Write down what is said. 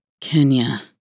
Kenya